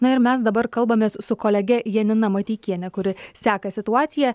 na ir mes dabar kalbamės su kolege janina mateikiene kuri seka situaciją